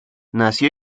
nació